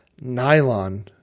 nylon